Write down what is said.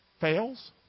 fails